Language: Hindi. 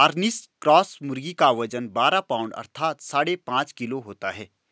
कॉर्निश क्रॉस मुर्गी का वजन बारह पाउण्ड अर्थात साढ़े पाँच किलो होता है